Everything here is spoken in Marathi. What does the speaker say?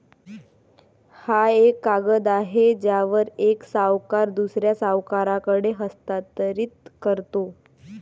हा एक कागद आहे ज्यावर एक सावकार दुसऱ्या सावकाराकडे हस्तांतरित करतो